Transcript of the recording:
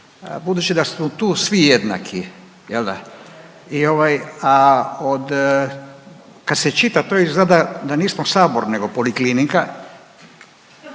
Budući da smo tu svi jednaki jel da i ovaj a od kad se čita to izgleda da nismo sabor nego poliklinika